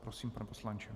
Prosím, pane poslanče.